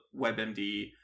webmd